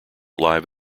live